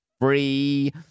free